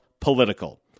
political